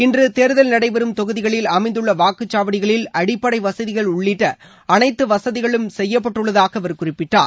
இன்று தேர்தல் நடைபெறும் தொகுதிகளில் அமைந்துள்ள வாக்குச்சாவடிகளில் அடிப்படை வசதிகள் உள்ளிட்ட அனைத்து வசதிகளும் செய்யப்பட்டுள்ளதாக அவர் குறிப்பிட்டார்